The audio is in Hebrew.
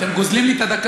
אתם גוזלים לי את הדקה.